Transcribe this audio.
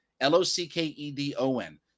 L-O-C-K-E-D-O-N